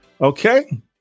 Okay